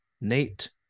Nate